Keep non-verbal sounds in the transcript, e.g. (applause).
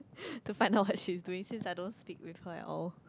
(laughs) to find out what she's doing since I don't speak with her at all